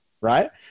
Right